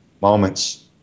moments